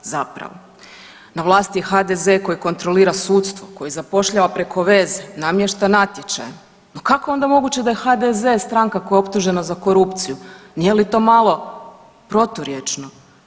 Zapravo na vlasti je HDZ koji kontrolira sudstvo, koji zapošljava preko veze, namješta natječaje, pa kako je onda moguće da je HDZ stranka koja je optužena za korupciju, nije li to malo proturječno.